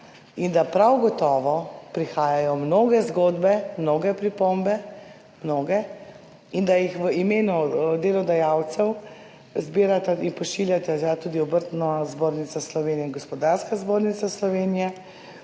in da prav gotovo prihajajo mnoge zgodbe, mnoge pripombe, mnoge in da jih v imenu delodajalcev zbirata in pošiljata tudi Obrtna zbornica Slovenije in Gospodarska zbornica Slovenije,